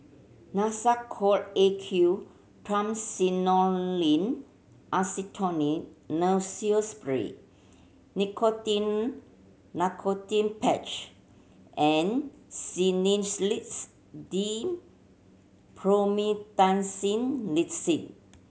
Nasacort A Q Triamcinolone Acetonide Nasals Spray Nicotinell Nicotine Patch and Sedilix DM Promethazine